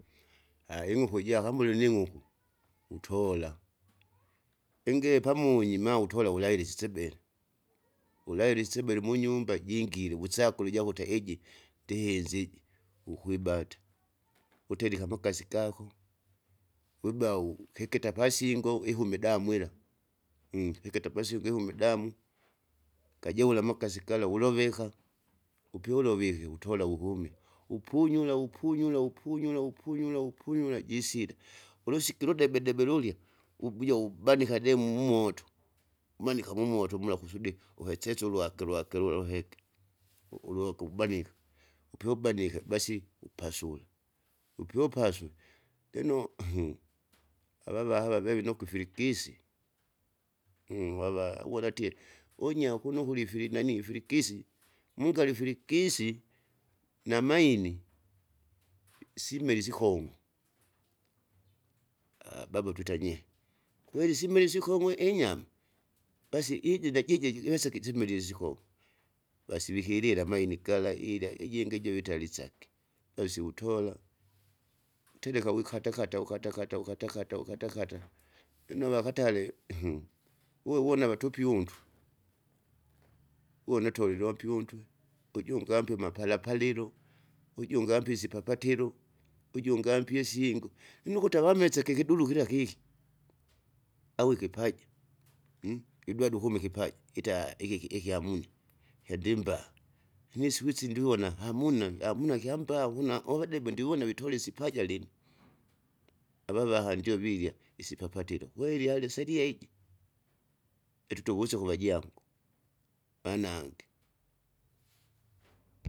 Aya ing'uku jakamwile ning'uku, utola, inge pamunyi ma utola wulailisi sibe. Ulailisi sibele munyumba jingire wusakula ijakuta iji? ndihinzi iji ukwibata, uterika amakasi gako, wiba ukikita apasingo ihume idamu ila ikita pasingo ihume idamu, kajeule amakasi gala wuloveka, upyu ulovike utola uwukumi, upunyure upunyure upunyure upunyure upunyure jisile, ulusiki uludebe debe lurya, ubuja ubanika demu mumoto, umanika mumoto mula kusudi uhesese ulwake lwakilula luheke, uluhake ubanika. Upyu ubanike basi upasula, upyu upasw, lino avava hava vivinokwa ifirigisi, hava wulatie! unya kuno kurye ifili nanaii ifirigisi, mungarye ifirigisi, na maini, simela isikong'u baba twitanyie, kweli isimeli isikong'we inyama? basi iji najiji jiwesa ikisimelile isikong'o. Basi vikilila amaini gala ilya ijingi ijingi ijo vitali isake, alisi wutola, uteleka wikatakata ukatakata ukatakat ukatakata. Lino avakatare uwe uwona vatupie untu, uwona atolile umpio untu, ujungi ambima pala palilo, ujungi ambi isipapatilo, ujungi ambi isingo, lino ukuti avameseke ikidulu kira kiki au ikipaja, idwade ukuma ikipata ita ikiki iki amuna, kyandimba lino isiku isi ndivona hamuna, hamuna kyamba ukuna uvudebe ndiwone witule isipaja linu. Avavaha ndio virya isipapatilo kweli aliselia iji, etuto wiso kuvajangu, vanage.